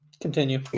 continue